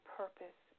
purpose